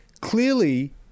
clearly